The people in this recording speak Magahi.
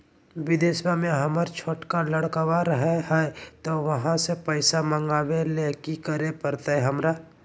बिदेशवा में हमर छोटका लडकवा रहे हय तो वहाँ से पैसा मगाबे ले कि करे परते हमरा?